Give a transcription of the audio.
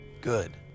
good